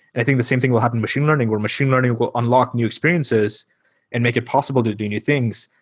i think the same thing will happen to machine learning, where machine learning will unlock new experiences and make it possible to do new things.